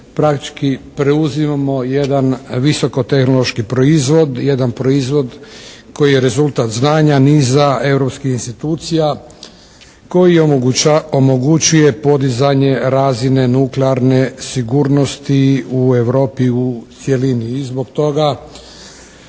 Praktički preuzimamo jedan visokotehnološki proizvod, jedan proizvod koji je rezultat znanja niza europskih institucija koji omogućuje podizanje razine nuklearne sigurnosti u Europi u cjelini i zbog toga